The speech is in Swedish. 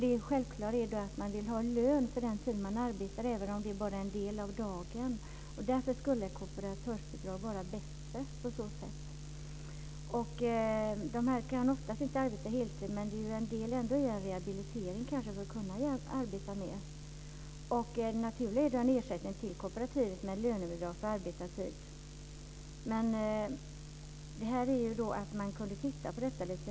Det är självklart att man vill ha lön för den tid man arbetar, även om det bara är en del av dagen. Därför skulle ett kooperatörsbidrag vara bättre. De kan oftast inte arbeta heltid, men det är kanske en del i en rehabilitering för att kunna arbeta mer. Det naturliga är då en ersättning till kooperativet med ett lönebidrag för arbetad tid.